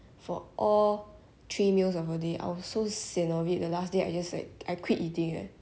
for all three meals the whole day I was so sian of it the last day I just like I quit eating leh